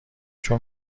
چون